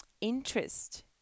interest